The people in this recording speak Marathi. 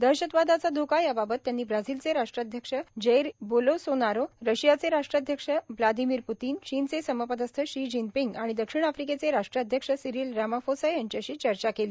दहशतवादाचा धोका या बाबत त्यांनी ब्राझीलचे राष्ट्राध्यक्ष जैर बोलोसोनारो रशियाचे राष्ट्राध्यक्ष ब्लादीमीर पृतीन चीनचे समपदस्थ शी जीनपिंग आणि दक्षिण अफ्रिकेचे राष्ट्राध्यक्ष सिरिल रामफोसा यांच्याशी चर्चा केली